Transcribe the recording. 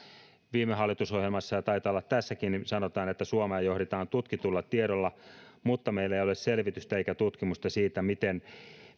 viime hallitusohjelmassa ja taitaa olla tässäkin sanotaan että suomea johdetaan tutkitulla tiedolla mutta meillä ei ole selvitystä eikä tutkimusta siitä miten